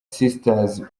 sisters